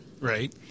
Right